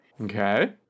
Okay